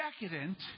decadent